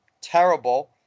terrible